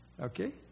okay